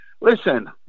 listen